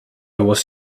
was